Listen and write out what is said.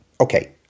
Okay